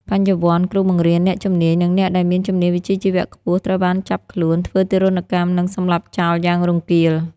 បញ្ញវន្ត គ្រូបង្រៀន អ្នកជំនាញ និងអ្នកដែលមានជំនាញវិជ្ជាជីវៈខ្ពស់ត្រូវបានចាប់ខ្លួន ធ្វើទារុណកម្ម និងសម្លាប់ចោលយ៉ាងរង្គាល។